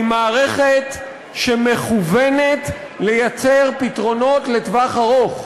היא מערכת שמכוונת לייצר פתרונות לטווח ארוך.